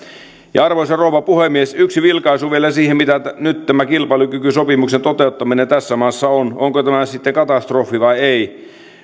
arvoisa rouva puhemies yksi vilkaisu vielä siihen mitä nyt tämän kilpailukykysopimuksen toteuttaminen tässä maassa on onko tämä sitten katastrofi vai ei